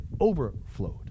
overflowed